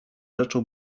rzeczą